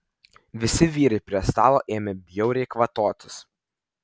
visi vyrai prie stalo ėmė bjauriai kvatotis